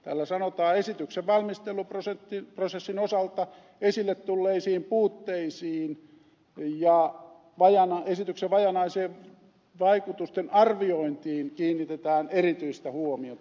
täällä sanotaan että esityksen valmisteluprosessin osalta esille tulleisiin puutteisiin ja esityksen vajavaiseen vaikutusten arviointiin kiinnitetään erityistä huomiota